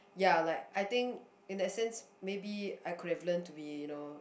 ya like I think in that sense maybe I could have learn to be